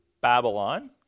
Babylon